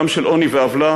גם של עוני ועוולה,